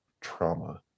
trauma